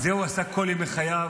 את זה הוא עשה כל ימי חייו.